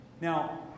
Now